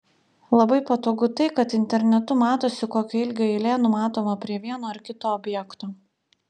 labai patogu tai kad internetu matosi kokio ilgio eilė numatoma prie vieno ar kito objekto